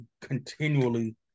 continually